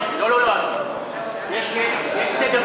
לממשלת ישראל יש שני כללים שקובעים את